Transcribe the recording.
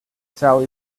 sally